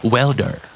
Welder